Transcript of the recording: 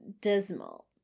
dismal